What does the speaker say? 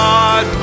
God